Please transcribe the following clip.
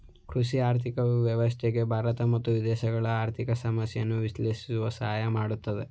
ಕೃಷಿ ಆರ್ಥಿಕ ವ್ಯವಸ್ಥೆ ಭಾರತ ಮತ್ತು ವಿದೇಶಗಳ ಆರ್ಥಿಕ ಸಮಸ್ಯೆಯನ್ನು ವಿಶ್ಲೇಷಿಸಲು ಸಹಾಯ ಮಾಡುತ್ತದೆ